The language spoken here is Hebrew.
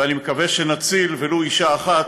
ואני מקווה שנציל ולו אישה אחת,